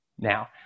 Now